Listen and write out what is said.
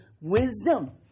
wisdom